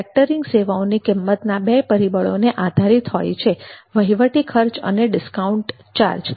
factoring સેવાઓની કિંમત બે પરિબળોને આધારિત હોય છે વહીવટી ખર્ચ અને ડિસ્કાઉન્ટ ચાર્જ